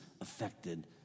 affected